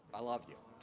i love you.